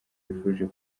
bifuje